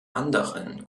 anderen